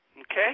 Okay